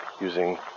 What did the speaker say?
using